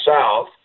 south